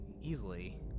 easily